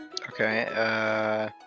okay